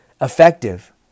effective